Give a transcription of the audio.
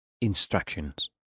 instructions